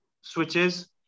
switches